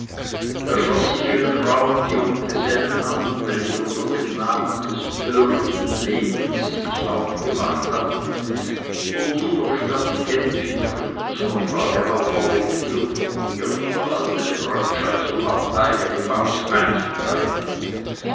er schloß sich jenen rauhen jungen gesellen an welche unter dem namen des törichten lebens sich aufgemacht hatten um die der stadt genf im friedensvertrage auferlegte und von ihr hinterhaltene brandschatzung auf eigene faust einzutreiben